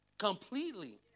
completely